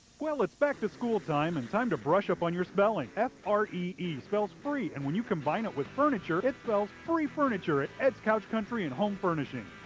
well it's back to school time and time to brush up on your spelling. f r e e spells free and when you combine it with furniture, it spells free furniture at ed's couch country and home furnishings.